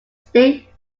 instinct